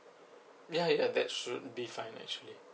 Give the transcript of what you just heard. ya ya that should be fine actually